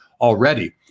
already